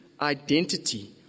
identity